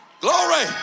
Glory